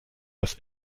das